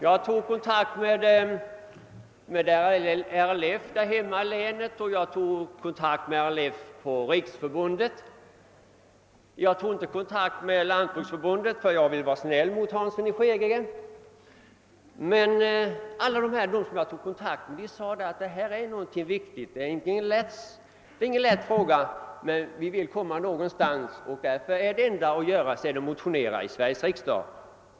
Jag tog även kontakt med RLF på länsplanet och även på riksplanet. Jag vände mig inte till Lantbruksförbundet, eftersom jag ville vara snäll mot herr Hansson i Skegrie. Alla de instanser som jag kontaktade menade emellertid att det gällde en viktig fråga som inte är lätt att lösa. De ville att något skulle göras, och den enda väg som står till buds är då att motionera i Sveriges riksdag.